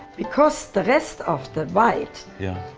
because the rest of the white, yeah.